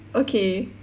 okay